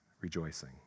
rejoicing